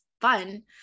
fun